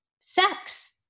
sex